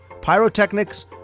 pyrotechnics